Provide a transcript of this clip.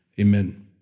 amen